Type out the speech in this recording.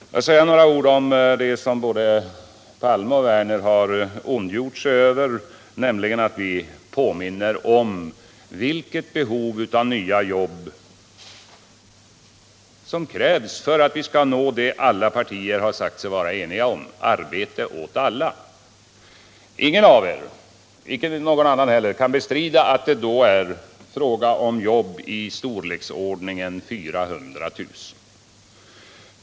Jag vill säga några ord om det som både Olof Palme och Lars Werner har ondgjort sig över, nämligen att vi påminner om hur många jobb som krävs för att vi skall nå det som alla partier har sagt sig vara eniga om: arbete åt alla. Ingen av er — icke någon annan heller — kan bestrida att det då är fråga om ett antal jobb i storleksordningen 400 000.